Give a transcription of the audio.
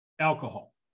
alcohol